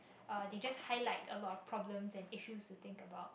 uh they just highlight a lot of problems and issues to think about